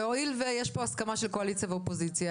הואיל ויש פה הסכמה של קואליציה ואופוזיציה